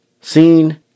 Seen